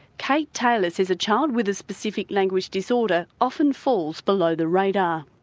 kate taylor says a child with a specific language disorder often falls below the radar.